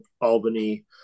Albany